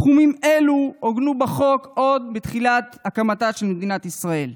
תחומים אלו עוגנו בחוק עוד בתחילת הקמתה של מדינת ישראל.